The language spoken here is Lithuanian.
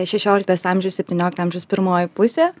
šešioliktas amžius septyniolikto amžiaus pirmoji pusė